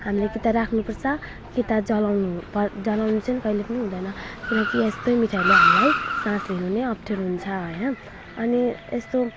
हामीले कि त राख्नुपर्छ कि त जलाउनु प जलाउनु चाहिँ कहिले पनि हुँदैन किनकि यस्तै मिठाईहरूले हामीलाई सास लिनु नै अप्ठ्यारो हुन्छ होइन अनि यस्तो